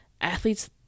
athletes